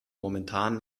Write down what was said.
momentan